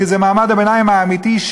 כי זה מעמד הביניים האמיתי,